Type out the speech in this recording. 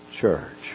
church